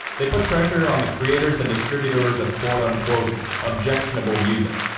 they put pressure on the creators and distributors of quote unquote objectionable music.